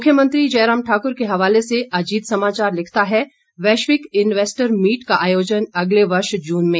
मुख्यमंत्री जयराम ठाक्र के हवाले से अजीत समाचार लिखता है वैश्विक इन्वैस्टर मीट का आयोजन अगले वर्ष जून में